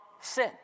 sin